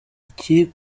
ikiri